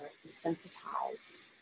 desensitized